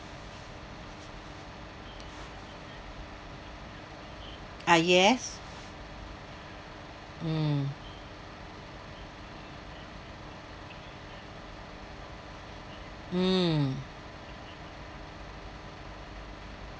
ah yes mm mm